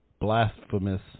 blasphemous